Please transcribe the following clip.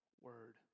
word